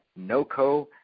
NOCO